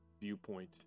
viewpoint